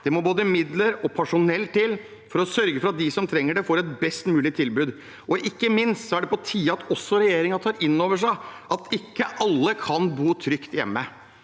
Det må både midler og personell til for å sørge for at de som trenger det, får et best mulig tilbud. Ikke minst er det på tide at også regjeringen tar inn over seg at ikke alle kan bo trygt hjemme.